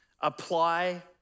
Apply